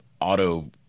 auto